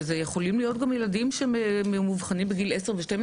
יכולים גם להיות ילדים שמאובחנים בגיל 10 או 12